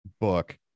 book